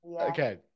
Okay